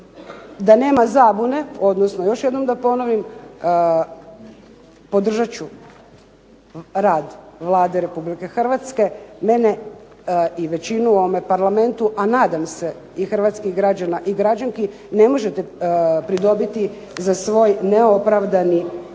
da nema zabune, odnosno još jednom da ponovim, podržat ću rad Vlade Republike Hrvatske. Mene i većinu u ovome Parlamentu, a nadam se i hrvatskih građana i građanki ne možete pridobiti za svoj neopravdani